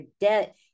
debt